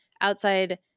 outside